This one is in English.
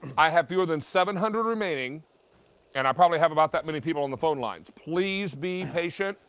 i have fewer than seven hundred remaining and i probably have about that many people on the phone lines. please be patient.